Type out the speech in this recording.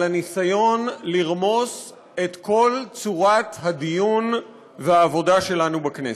על הניסיון לרמוס את כל צורת הדיון והעבודה שלנו בכנסת.